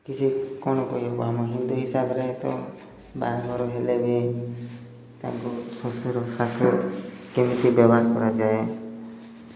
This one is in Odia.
କିଛି କ'ଣ ଆମ ହିନ୍ଦୁ ହିସାବରେ ତ ବାହାଘର ହେଲେ ବି ତାଙ୍କୁ ଶ୍ୱଶୁର ଶାଶୁର କେମିତି ବ୍ୟବହାର କରାଯାଏ